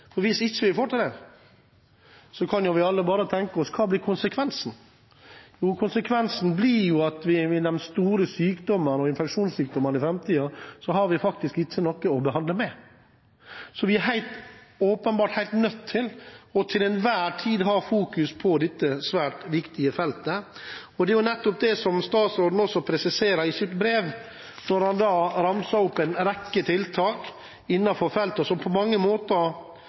for at vi har gode rammevilkår og gode kontrollmekanismer, og få ned bruken av antibiotika på en kontrollert og skikkelig måte. Hvis vi ikke får til det, kan vi alle bare tenke oss hva som blir konsekvensen. Konsekvensen blir at vi i framtiden ikke har noe å behandle de store infeksjonssykdommene med. Vi er til enhver tid helt nødt til å ha fokus på dette svært viktige feltet, og det er nettopp det statsråden også presiserer i sitt brev når han ramser opp en rekke tiltak innenfor feltet, tiltak som på mange måter